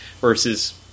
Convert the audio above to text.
versus